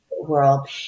world